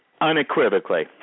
unequivocally